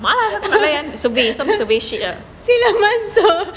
malas aku nak layan survey some survey shit ah